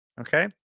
Okay